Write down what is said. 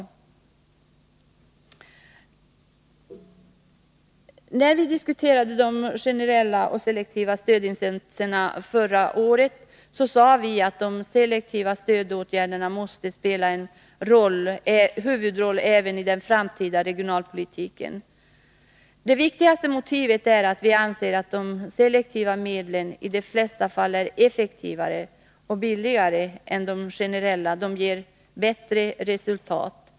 När vi förra året diskuterade de generella och selektiva stödinsatserna sade vi att de selektiva åtgärderna måste spela en huvudroll även i den framtida regionalpolitiken. Det viktigaste motivet är att vi anser att de selektiva medlen i de flesta fall är effektivare och billigare än de generella — de ger helt enkelt bättre resultat.